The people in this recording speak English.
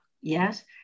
yes